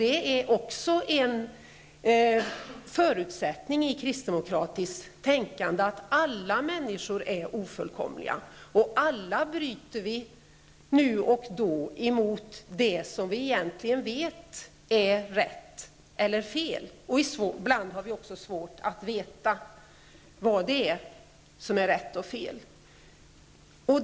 Det är också en förutsättning i kristdemokratiskt tänkande att alla människor är ofullkomliga och att vi alla nu och då bryter mot det som vi vet är rätt. Ibland har vi också svårt att veta vad som är rätt och fel.